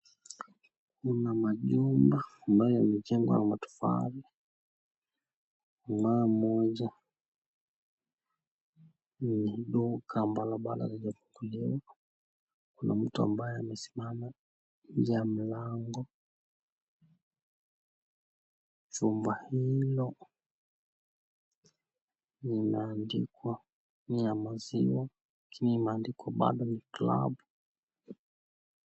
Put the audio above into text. Kuna majumba ambayo yamejangwa na matofali moja. Duka ambalo limefunguliwa. Kuna mtu ambaye amesimama nje ya mlango, chumba hilo linaandikwa ni la maziwa, lakini imeandikwa bado ni club .